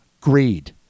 Greed